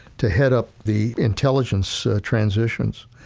to head up the intelligence transitions.